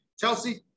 Chelsea